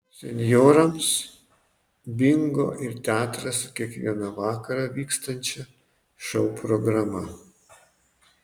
senjorams bingo ir teatras su kiekvieną vakarą vykstančia šou programa